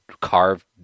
carved